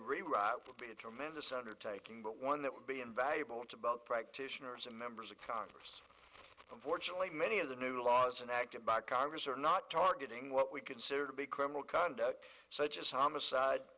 rewrite will be determined this undertaking but one that would be invaluable to both practitioners and members of congress fortunately many of the new laws enacted by congress are not targeting what we consider to be criminal conduct such as homicide